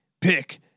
Pick